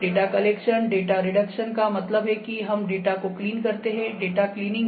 data collection data reduction का मतलब है कि हम डेटा को क्लीन करते हैं डेटा क्लीनिंग है